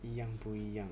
一样不一样